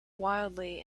wildly